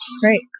Great